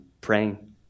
praying